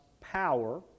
power